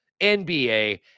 NBA